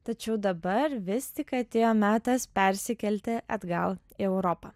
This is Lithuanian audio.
tačiau dabar vis tik atėjo metas persikelti atgal į europą